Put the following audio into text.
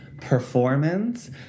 performance